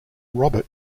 robert